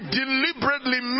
deliberately